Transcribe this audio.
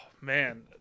man